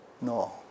No